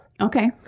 Okay